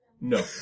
No